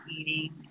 eating